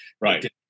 right